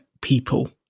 people